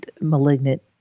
malignant